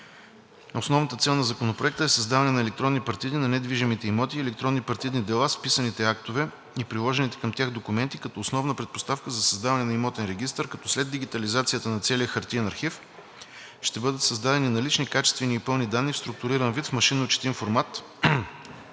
Основната цел на Законопроекта е създаване на електронни партиди на недвижимите имоти и електронни партидни дела с вписаните актове и приложените към тях документи като основна предпоставка за създаване на имотен регистър, като след дигитализацията на целия хартиен архив ще бъдат създадени налични, качествени и пълни данни в структуриран вид в машинно-четим формат,